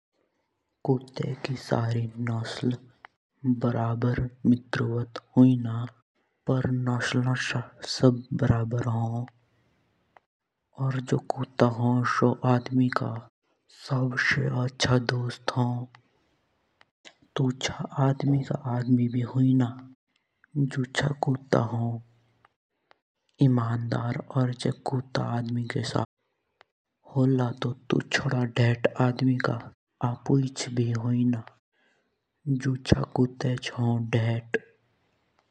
कुत्ते की सारी नस्लों बराबर मिटरवत होइन। पर नस्लों सब बराबर हों। और जो कुत्तों हों सो आदमी को सबसे अच्छा दोस्त हों। तुछ आदमी का आदमी भी होइन दोस्त जोचा कुत्ता हों। और जो आदमी के साथ कुत्तो भी होलो तो तुछ ढेट आदमी का आपूच भी होइन जोच्चा कुत्तेच हों।